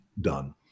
done